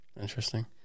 Interesting